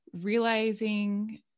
realizing